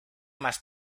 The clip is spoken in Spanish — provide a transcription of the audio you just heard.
más